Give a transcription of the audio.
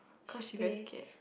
cause she very scared